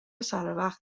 سروقت